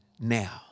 now